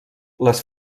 les